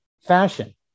fashion